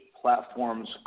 platforms